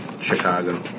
Chicago